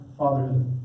fatherhood